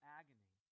agony